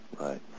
right